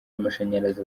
amashanyarazi